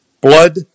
blood